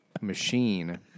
machine